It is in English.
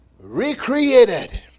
recreated